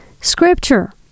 Scripture